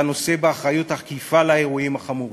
אתה נושא באחריות עקיפה לאירועים החמורים.